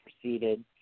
proceeded